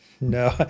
No